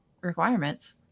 requirements